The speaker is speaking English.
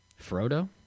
Frodo